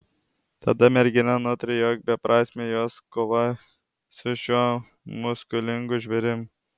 tada mergina nutarė jog beprasmė jos kova su šiuo muskulingu žvėrim